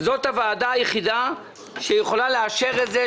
זאת הועדה היחידה שיכולה לאשר את זה,